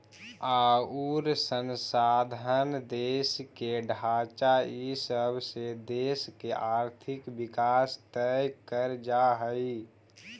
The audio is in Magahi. अउर संसाधन, देश के ढांचा इ सब से देश के आर्थिक विकास तय कर जा हइ